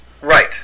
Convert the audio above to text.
Right